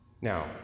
now